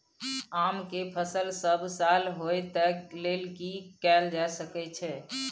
आम के फसल सब साल होय तै लेल की कैल जा सकै छै?